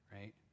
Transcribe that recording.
right